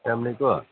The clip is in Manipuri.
ꯐꯦꯃꯤꯂꯤ ꯀꯣ